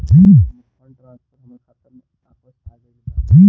हमर fund transfer हमर खाता में वापस आ गईल बा